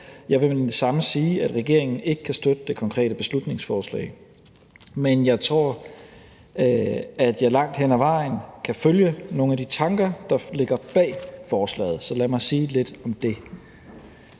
Jeg vil med det samme sige, at regeringen ikke kan støtte det konkrete beslutningsforslag, men jeg tror, at jeg langt hen ad vejen kan følge nogle af de tanker, der ligger bag forslaget, så lad mig sige lidt om det.